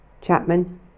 Chapman